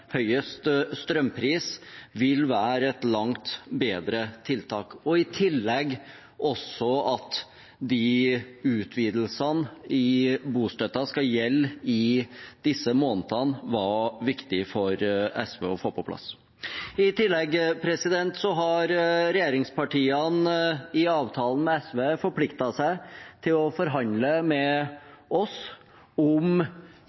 høyest strømpris, vil være et langt bedre tiltak. At utvidelsene i bostøtten også skal gjelde i disse månedene, var viktig for SV å få på plass. I tillegg har regjeringspartiene i avtalen med SV forpliktet seg til å forhandle med oss om